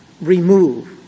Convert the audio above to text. remove